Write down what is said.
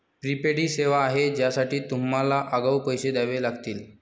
prepaid ही सेवा आहे ज्यासाठी तुम्हाला आगाऊ पैसे द्यावे लागतील